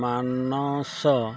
Manas